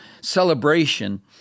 celebration